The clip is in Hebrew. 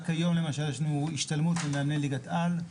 היום, למשל, יש לנו השתלמות למאמני ליגת על.